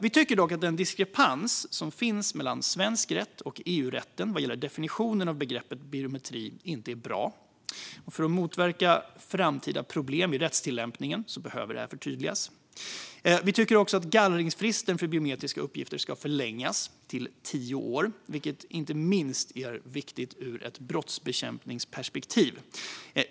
Vi tycker dock att den diskrepans som finns mellan svensk rätt och EU-rätten vad gäller definitionen av begreppet biometri inte är bra och att man för att motverka framtida problem vid rättstillämpningen behöver förtydliga detta. Vi tycker också att gallringsfristen för biometriska uppgifter ska förlängas till tio år, vilket är viktigt inte minst ur ett brottsbekämpningsperspektiv.